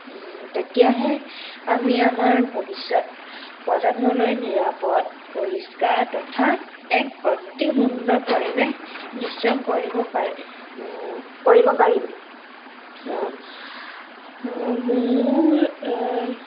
তেতিয়াহে আমি আমাৰ ভৱিষ্যত প্ৰজন্মলৈ নিৰাপদ পৰিষ্কাৰ তথা এক অতি সুন্দৰ পৰিৱেশ নিশ্চয় কৰিব পাৰি কৰিব পাৰিম মোৰ